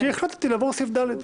כי החלטתי לעבור לסעיף ד'.